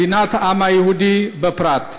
מדינת העם היהודי, בפרט.